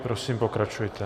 Prosím, pokračujte.